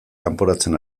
kanporatzen